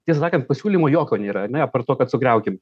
tiesą sakant pasiūlymo jokio nėra ar ne apart to kad sugriaukim